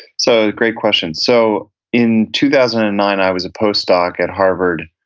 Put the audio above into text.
so a great question. so in two thousand and nine, i was a postdoc at harvard,